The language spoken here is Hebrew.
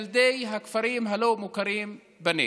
הם ילדי הכפרים הלא-מוכרים בנגב.